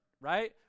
right